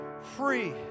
free